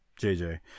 JJ